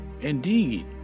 Indeed